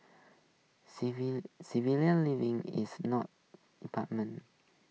civil civilised living is not impartment